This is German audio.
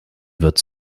wird